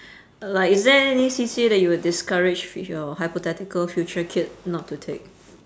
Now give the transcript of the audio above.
uh like is there any C_C_A that you would discourage your hypothetical future kid not to take